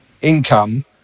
income